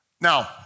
Now